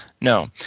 No